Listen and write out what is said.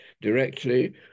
directly